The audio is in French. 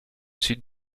sud